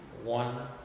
one